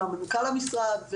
למנכ"ל המשרד,